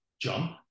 jump